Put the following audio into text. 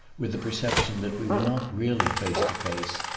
with the perception that we were not really face to face,